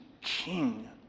King